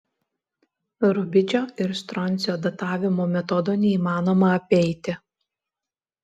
rubidžio ir stroncio datavimo metodo neįmanoma apeiti